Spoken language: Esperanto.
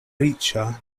riĉa